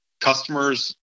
customers